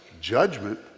judgment